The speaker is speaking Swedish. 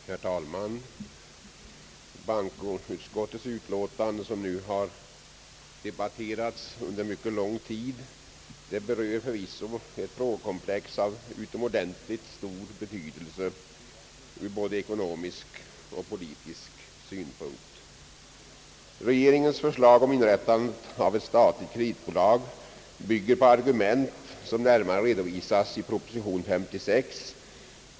Herr talman! Det utlåtande från bankoutskottet som nu har debatterats un der mycket lång tid berör förvisso ett frågekomplex av utomordentligt stor betydelse ur både ekonomisk och politisk synpunkt. Regeringens förslag om inrättandet av ett statligt kreditbolag bygger på argument som närmare redovisas i proposition nr 56.